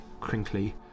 crinkly